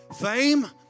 Fame